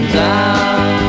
down